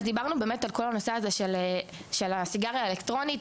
אז דיברנו באמת על כל הנושא הזה של הסיגריה האלקטרונית,